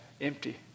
empty